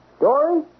Dory